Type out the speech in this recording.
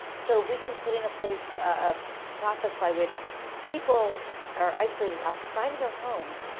so if we can put into place, a process by which people are isolated outside of their homes,